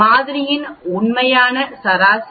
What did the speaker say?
மாதிரியின் உண்மையான சராசரி 24